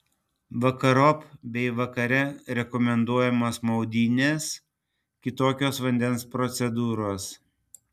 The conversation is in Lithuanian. vakarop bei vakare rekomenduojamos maudynės kitokios vandens procedūros